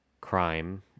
crime